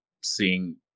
seeing